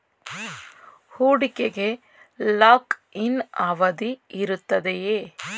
ಹೂಡಿಕೆಗೆ lock in ಅವಧಿ ಇರುತ್ತದೆಯೇ?